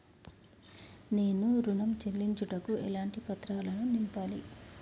నేను ఋణం చెల్లించుటకు ఎలాంటి పత్రాలను నింపాలి?